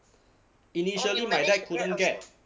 initially my dad couldn't get